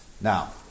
Now